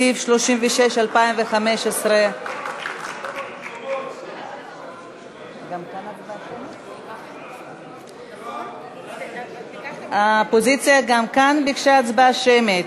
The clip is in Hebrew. סעיף תקציבי 36 לשנת 2015. האופוזיציה ביקשה גם כאן הצבעה שמית.